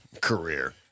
career